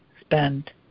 spend